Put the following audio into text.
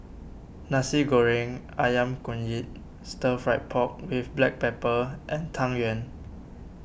Nasi Goreng Ayam Kunyit Stir Fried Pork with Black Pepper and Tang Yuen